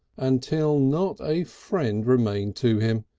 until not a friend remained to him,